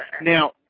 now